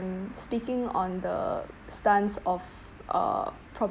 speaking on the stance of uh